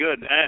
good